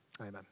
amen